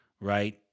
right